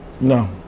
no